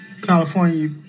California